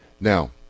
now